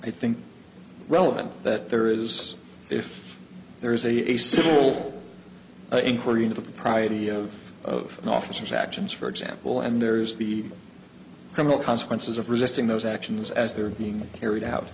i think relevant that there is if there is a a civil inquiry into the propriety of of an officer's actions for example and there's the criminal consequences of resisting those actions as they're being carried